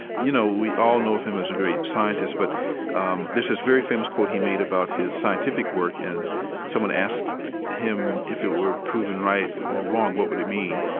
you know, we all know of him as a great scientist, but um this this very famous quote he made about his scientific work, and someone asked him if it were proven right or wrong, what would it mean.